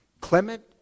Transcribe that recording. Clement